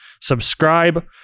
subscribe